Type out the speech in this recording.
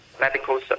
medical